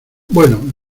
bueno